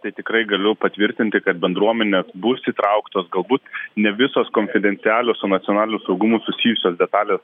tai tikrai galiu patvirtinti kad bendruomenės bus įtrauktos galbūt ne visos konfidencialios su nacionaliniu saugumu susijusios detalės